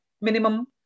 minimum